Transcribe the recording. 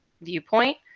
viewpoint